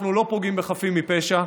אנחנו לא פוגעים בחפים מפשע,